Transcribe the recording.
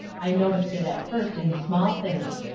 i noticed it at first in small things.